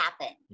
happen